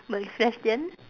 my next question